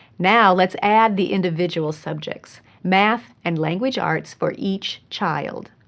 now let's add the individual subjects math and language arts for each child.